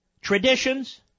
traditions